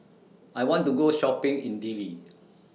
I want to Go Shopping in Dili